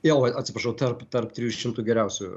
jau atsiprašau tarp tarp trijų šimtų geriausių